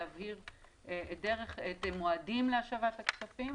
להבהיר את המועדים להשבת הכספים.